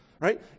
right